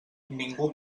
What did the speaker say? ningú